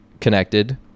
connected